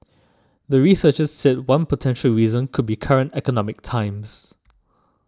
the researchers said one potential reason could be current economic times